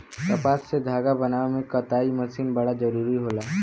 कपास से धागा बनावे में कताई मशीन बड़ा जरूरी होला